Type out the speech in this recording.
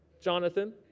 Jonathan